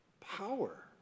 power